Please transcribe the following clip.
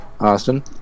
Austin